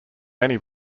many